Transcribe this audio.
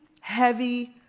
heavy